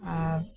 ᱟᱨ